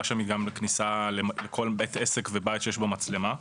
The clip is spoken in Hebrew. שם היא גם כניסה לכל בית עסק ובית שיש בו מצלמה.